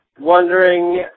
wondering